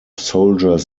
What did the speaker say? soldiers